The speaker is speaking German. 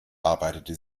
arbeitete